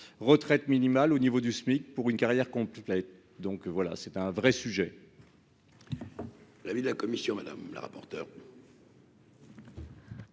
retraite minimale au niveau du SMIC pour une carrière complète, donc voilà, c'est un vrai sujet.